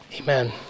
Amen